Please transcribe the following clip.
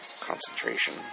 concentration